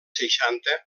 seixanta